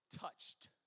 touched